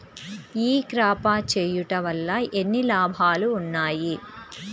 ఈ క్రాప చేయుట వల్ల ఎన్ని లాభాలు ఉన్నాయి?